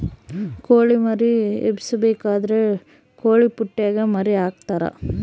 ಕೊಳಿ ಮರಿ ಎಬ್ಬಿಸಬೇಕಾದ್ರ ಕೊಳಿಪುಟ್ಟೆಗ ಮರಿಗೆ ಹಾಕ್ತರಾ